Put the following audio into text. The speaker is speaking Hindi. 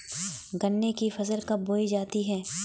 गन्ने की फसल कब बोई जाती है?